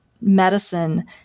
medicine